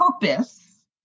purpose